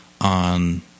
on